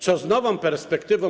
Co z nową perspektywą?